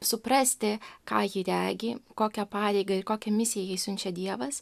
suprasti ką ji regi kokią pareigą ir kokią misiją jai siunčia dievas